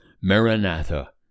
Maranatha